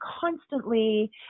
constantly